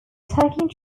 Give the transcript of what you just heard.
taking